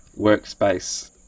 workspace